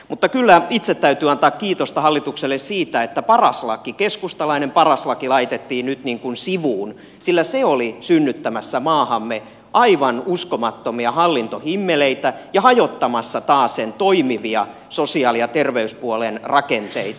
mutta kyllä itse täytyy antaa kiitosta hallitukselle siitä että keskustalainen paras laki laitettiin nyt sivuun sillä se oli synnyttämässä maahamme aivan uskomattomia hallintohimmeleitä ja taasen hajottamassa toimivia sosiaali ja terveyspuolen rakenteita